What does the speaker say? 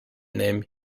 name